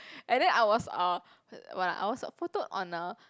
and then I was uh what ah I was photo-ed on a